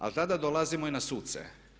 Ali tada dolazimo i na suce.